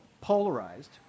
polarized